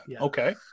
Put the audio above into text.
Okay